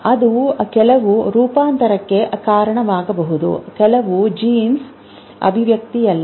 ಅದು ಕೆಲವು ರೂಪಾಂತರಕ್ಕೆ ಕಾರಣವಾಗಬಹುದು ಕೆಲವು ಜೀನ್ನ ಅಭಿವ್ಯಕ್ತಿ ಅಲ್ಲ